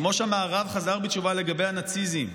כמו שהמערב חזר בתשובה לגבי הנאציזם,